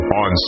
on